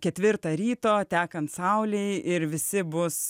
ketvirtą ryto tekant saulei ir visi bus